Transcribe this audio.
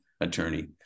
attorney